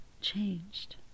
changed